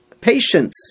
patience